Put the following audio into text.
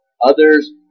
Others